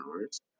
hours